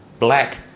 black